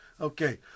Okay